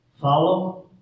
Follow